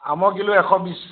আমৰ কিলো এশ বিছ